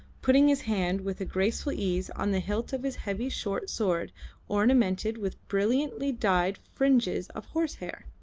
putting his hand with a graceful ease on the hilt of his heavy short sword ornamented with brilliantly dyed fringes of horsehair.